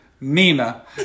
Nina